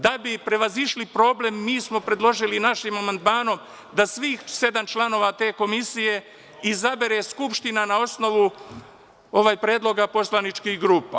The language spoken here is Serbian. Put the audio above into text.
Da bi prevazišli problem, mi smo predložili, našim amandmanom da svih sedam članova te komisije izabere Skupština na osnovu predloga poslaničkih grupa.